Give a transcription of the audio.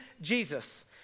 Jesus